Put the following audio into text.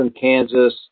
Kansas